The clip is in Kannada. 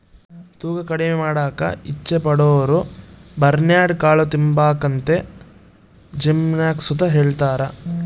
ತೂಕ ಕಮ್ಮಿ ಮಾಡಾಕ ಇಚ್ಚೆ ಪಡೋರುಬರ್ನ್ಯಾಡ್ ಕಾಳು ತಿಂಬಾಕಂತ ಜಿಮ್ನಾಗ್ ಸುತ ಹೆಳ್ತಾರ